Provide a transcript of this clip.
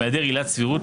בהיעדר עילת סבירות,